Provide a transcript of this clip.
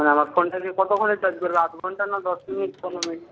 হ্যাঁ আমার ফোনটা দিয়ে কতক্ষণে চার্জ করবে আধ ঘন্টা না দশ মিনিট পনেরো মিনিট